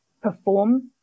perform